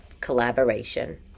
collaboration